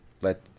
let